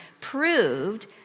proved